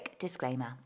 disclaimer